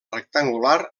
rectangular